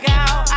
out